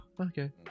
okay